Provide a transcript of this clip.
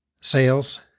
Sales